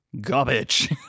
garbage